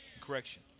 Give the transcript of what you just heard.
correction